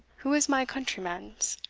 who is my countrymansh,